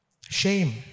Shame